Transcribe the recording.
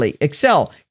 Excel